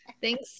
thanks